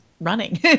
running